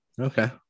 Okay